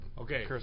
Okay